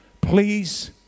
please